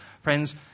Friends